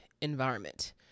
environment